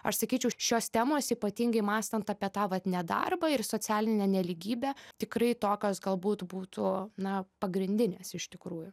aš sakyčiau šios temos ypatingai mąstant apie tą vat nedarbą ir socialinę nelygybę tikrai tokios galbūt būtų na pagrindinės iš tikrųjų